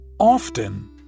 Often